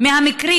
אדוני